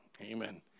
amen